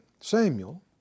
Samuel